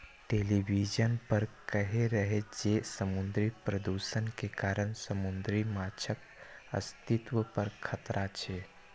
television पर कहै रहै जे समुद्री प्रदूषण के कारण समुद्री माछक अस्तित्व पर खतरा छै